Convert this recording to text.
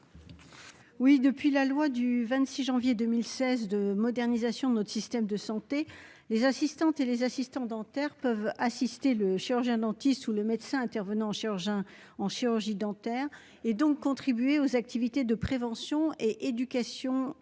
Depuis la loi du 26 janvier 2016 de modernisation de notre système de santé, les assistants dentaires peuvent assister le chirurgien-dentiste ou le médecin intervenant en chirurgie dentaire et contribuer aux activités de prévention et d'éducation à la